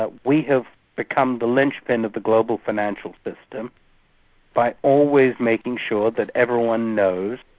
ah we have become the lynchpin of the global financial system by always making sure that everyone knows